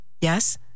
Yes